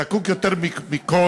זקוק יותר מכול,